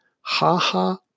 ha-ha